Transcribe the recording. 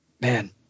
man